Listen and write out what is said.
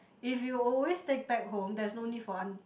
if you always take back home there's no need for aunt